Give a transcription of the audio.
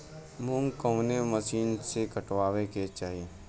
मूंग कवने मसीन से कांटेके चाही?